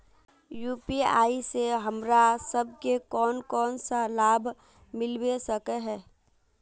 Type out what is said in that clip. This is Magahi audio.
यु.पी.आई से हमरा सब के कोन कोन सा लाभ मिलबे सके है?